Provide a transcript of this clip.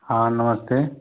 हाँ नमस्ते